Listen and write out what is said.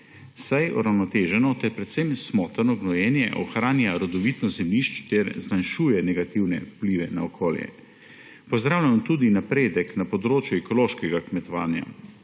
saj uravnoteženo ter predvsem smotrno gnojenje ohranja rodovitnost zemljišč ter zmanjšuje negativne vplive na okolje. Pozdravljamo tudi napredek na področju ekološkega kmetovanja,